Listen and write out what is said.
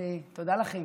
תודה לכם.